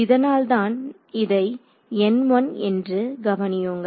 இதனால் தான் இதை N 1 என்று கவனியுங்கள்